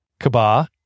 kabah